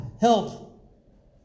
help